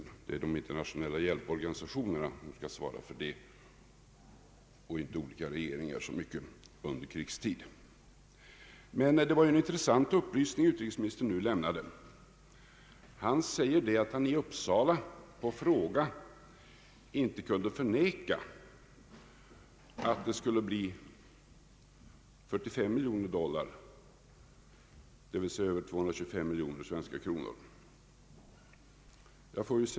Det är under krigstid de internationella hjälporganisationerna som skall svara för detta och inte så mycket de olika regeringarna. Men det var en intressant upplysning utrikesministern nu lämnade. Han säger att han i Uppsala på fråga inte kunde förneka att hjälpen skulle bli 45 miljoner dollar, d.v.s. över 225 miljoner svenska kronor.